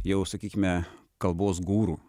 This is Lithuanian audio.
jau sakykime kalbos guru